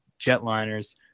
jetliners